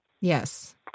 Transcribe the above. Yes